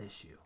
issue